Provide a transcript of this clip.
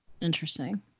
Interesting